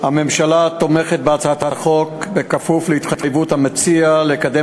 הממשלה תומכת בהצעת החוק בכפוף להתחייבות המציע לקדם